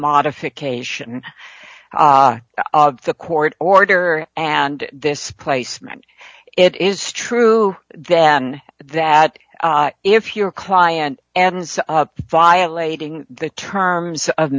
modification of the court order and this placement it is true then that if your client ends up violating the terms of